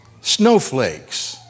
snowflakes